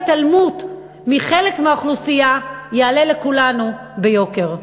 ההתעלמות מחלק מהאוכלוסייה יעלה לכולנו ביוקר.